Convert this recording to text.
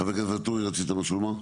כן, חבר הכנסת ואטורי, רצית משהו לומר?